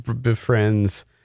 befriends